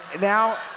Now